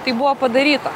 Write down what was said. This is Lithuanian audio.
tai buvo padaryta